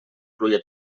pluja